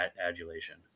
adulation